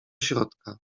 środka